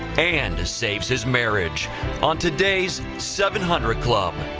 and saves his marriage on today's seven hundred club.